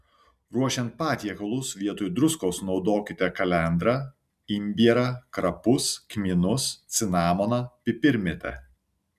ruošiant patiekalus vietoj druskos naudokite kalendrą imbierą krapus kmynus cinamoną pipirmėtę